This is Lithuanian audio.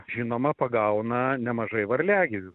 žinoma pagauna nemažai varliagyvių